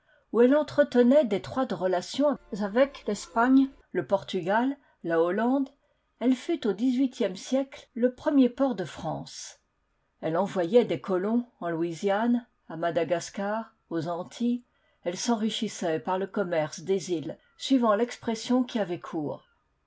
où elle entretenait d'étroites relations avec l'espagne le portugal la hollande elle fut au dix-huitième siècle le premier port de france elle envoyait des colons en louisiane à madagascar aux antilles elle s'enrichissait par le commerce des îles suivant l'expression qui avait cours